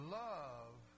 love